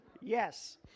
yes